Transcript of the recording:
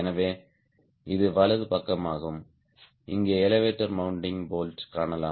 எனவே இது வலது பக்கமாகும் இங்கே எலெவடோர் மெண்ட்டிங் போல்ட் காணலாம்